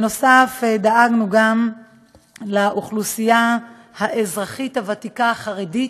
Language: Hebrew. נוסף על כך דאגנו גם לאוכלוסייה האזרחית הוותיקה החרדית,